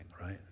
right